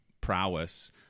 prowess